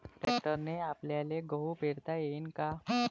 ट्रॅक्टरने आपल्याले गहू पेरता येईन का?